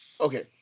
okay